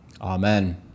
Amen